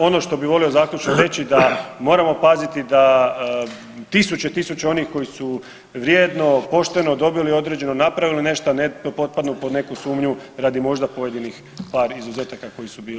Ono što bi volio zaključno reći da moramo paziti da tisuće i tisuće onih koji su vrijedno, pošteno dobili određeno, napravili nešto ne potpadnu pod neku sumnju radi možda pojedinih par izuzetaka koji su bili